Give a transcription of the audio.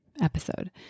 episode